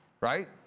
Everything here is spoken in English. right